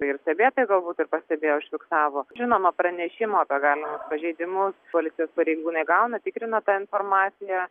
ir stebėtojai galbūt tai pastebėjo užfiksavo žinoma pranešimų apie galimus pažeidimus policijos pareigūnai gauna tikrina tą informaciją